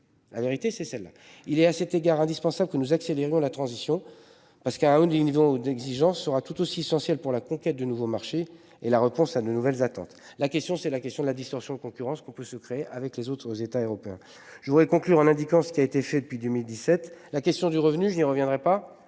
La vérité c'est celle-là, il est à cet égard indispensable que nous accélérions la transition parce qu'du niveau d'exigence sera tout aussi essentiel pour la conquête de nouveaux marchés et la réponse à de nouvelles attentes. La question, c'est la question de la distorsion de concurrence qu'on peut se crée avec les autres États européens. Je voudrais conclure en indiquant ce qui a été fait depuis 2017. La question du revenu je y reviendrai pas